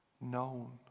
known